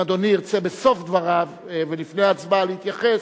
ואם אדוני ירצה בסוף דבריו ולפני ההצבעה להתייחס,